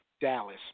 Dallas